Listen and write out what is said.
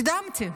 נדהמתי.